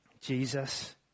Jesus